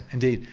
indeed.